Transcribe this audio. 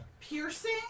Piercing